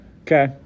okay